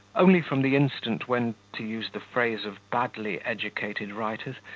only from the instant when, to use the phrase of badly-educated writers,